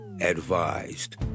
advised